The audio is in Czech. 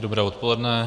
Dobré odpoledne.